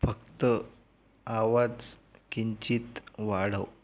फक्त आवाज किंचित वाढव